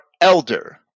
elder